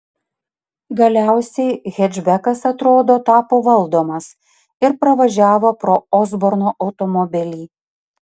galiausiai hečbekas atrodo tapo valdomas ir pravažiavo pro osborno automobilį